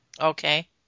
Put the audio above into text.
Okay